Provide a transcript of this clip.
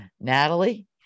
Natalie